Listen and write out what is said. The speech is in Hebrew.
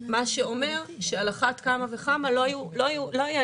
מה שאומר שעל אחת וכמה וכמה לא יהיה